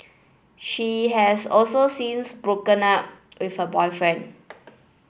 she has also since broken up with her boyfriend